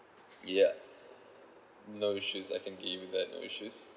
yup no which is I can give you that